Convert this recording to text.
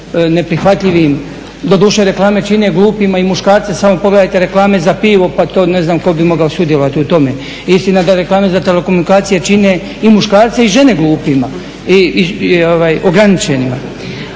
neprihvatljivim, doduše reklame čine glupima i muškarce samo pogledajte reklame za pivo pa to ne znam tko bi mogao sudjelovati u tome. Istina za reklame za telekomunikacije čine i muškarce i žene glupima i ograničenima.